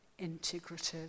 integrative